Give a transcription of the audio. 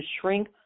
shrink